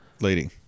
lady